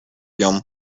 yom